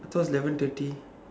I thought it's eleven thirty